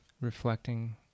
reflecting